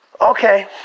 Okay